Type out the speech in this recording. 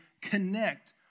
connect